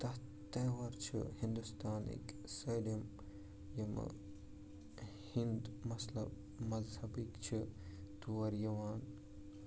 تَتھ تور چھِ ہِنٛدوستانٕکۍ سٲلِم یِمہٕ ہینٛد مثلب مذہبٕکۍ چھِ تور یِوان